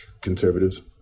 conservatives